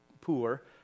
poor